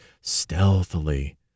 stealthily